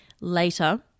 later